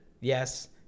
yes